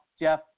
Jeff